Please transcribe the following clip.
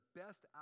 best